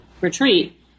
retreat